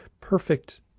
perfect